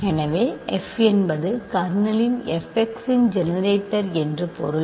எனவே f என்பது கர்னலின் f x இன் ஜெனரேட்டர் என்று பொருள்